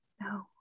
no